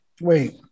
wait